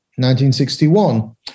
1961